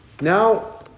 Now